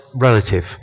relative